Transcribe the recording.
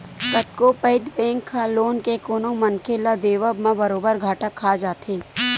कतको पइत बेंक ह लोन के कोनो मनखे ल देवब म बरोबर घाटा खा जाथे